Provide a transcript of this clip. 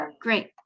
great